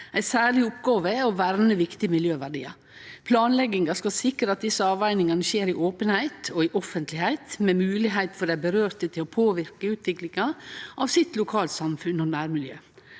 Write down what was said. En særlig oppgave er å verne viktige miljøverdier.» Og vidare: «Planleggingen skal sikre at disse avveiningene skjer i åpenhet og offentlighet, med mulighet for de berørte til å påvirke utviklingen av sitt lokalsamfunn og nærmiljø.